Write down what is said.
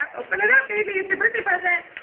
um open it up, baby, it's your birthday present.